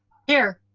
here.